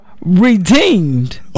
redeemed